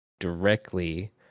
directly